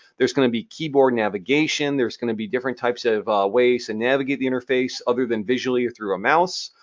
there's going to be keyboard navigation. there's going to be different types of ways to and navigate the interface other than visually or through a mouse.